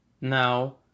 Now